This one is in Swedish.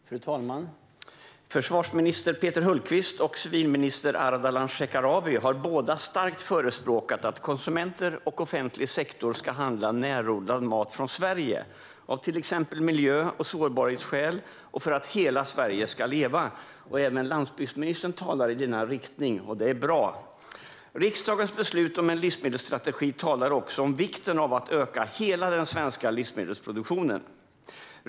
Fru talman! Försvarsminister Peter Hultqvist och civilminister Ardalan Shekarabi har båda starkt förespråkat att konsumenter och offentlig sektor ska handla närodlad mat från Sverige, av till exempel miljö och sårbarhetsskäl samt för att hela Sverige ska leva. Även landsbygdsministern talar i denna riktning, och det är bra. Riksdagens beslut om en livsmedelsstrategi talar också om vikten av att öka hela den svenska livsmedelsproduktionen.